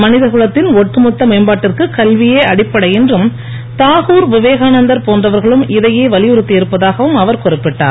மனித குலத்தின் ஒட்டுமொத்த மேம்பாட்டிற்கு கல்வியே அடிப்படை என்றும் தாகூர் விவேகானந்தர் போன்றவர்களும் இதையே வலியுறுத்தியிருப்பதாகவும் அவர் குறிப்பிட்டார்